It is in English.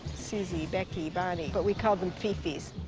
suzie, becky, bonnie, but we called them fifis.